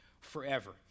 forever